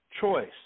choice